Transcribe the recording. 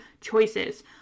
choices